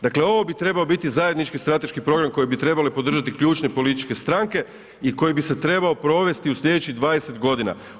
Dakle, ovo bi trebao biti zajednički strateški program kojeg bi trebale podržati ključne političke stranke i koji bi se trebao provesti u slijedećih 20 godina.